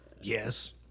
Yes